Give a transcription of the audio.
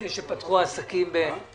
אנחנו צריכים לזכור שאנחנו נמצאים בחג